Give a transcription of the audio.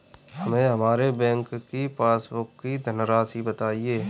हमें हमारे बैंक की पासबुक की धन राशि बताइए